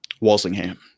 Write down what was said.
Walsingham